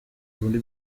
muri